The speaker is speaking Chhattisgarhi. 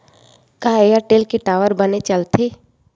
का एयरटेल के टावर बने चलथे?